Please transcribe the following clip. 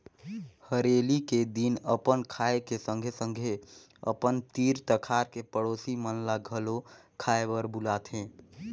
हरेली के दिन अपन खाए के संघे संघे अपन तीर तखार के पड़ोसी मन ल घलो खाए बर बुलाथें